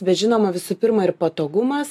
bet žinoma visų pirma ir patogumas